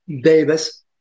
Davis